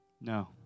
No